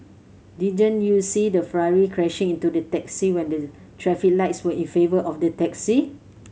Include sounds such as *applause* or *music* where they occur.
didn't you see the Ferrari crashing into the taxi when the *unintelligible* traffic lights were in favour of the taxi